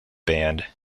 band